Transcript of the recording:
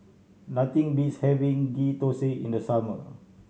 nothing beats having Ghee Thosai in the summer